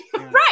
right